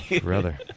brother